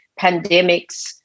pandemics